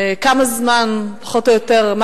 כמה זמן פחות או יותר,